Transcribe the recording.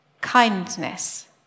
kindness